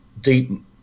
deep